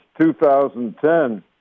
2010